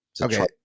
Okay